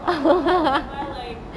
!huh!